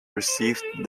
received